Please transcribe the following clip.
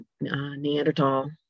Neanderthal